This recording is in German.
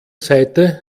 seite